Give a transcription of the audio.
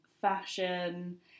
fashion